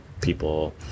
people